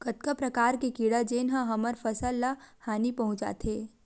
कतका प्रकार के कीड़ा जेन ह हमर फसल ल हानि पहुंचाथे?